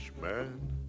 man